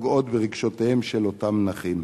הפוגעות ברגשותיהם של אותם נכים.